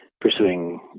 pursuing